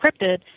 encrypted